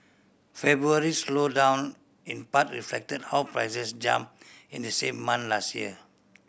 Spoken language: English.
February slowdown in part reflected how prices jump in the same month last year